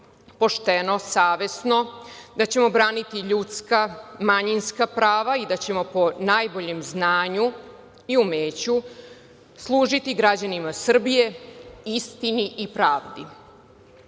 pošteno, savesno, da ćemo braniti ljudska, manjinska prava i da ćemo po najboljem znanju i umeću služiti građanima Srbije, istini i pravdi.